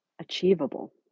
achievable